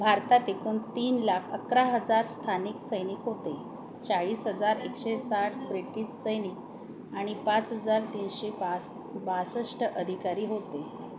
भारतात एकूण तीन लाख अकरा हजार स्थानिक सैनिक होते चाळीस हजार एकशे साठ ब्रिटिश सैनिक आणि पाच हजार तीनशे बास बासष्ट अधिकारी होते